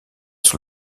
sur